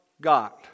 God